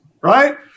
right